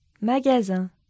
Magasin